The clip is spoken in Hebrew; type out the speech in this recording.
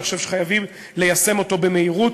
ואני חושב שחייבים ליישם אותו במהירות.